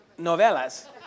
novelas